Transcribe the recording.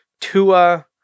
Tua